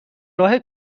راه